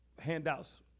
handouts